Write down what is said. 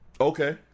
Okay